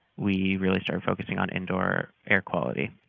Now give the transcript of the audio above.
we really start focusing on indoor air quality.